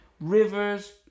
Rivers